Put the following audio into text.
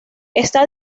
está